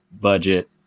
budget